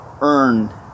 earn